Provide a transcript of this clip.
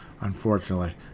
unfortunately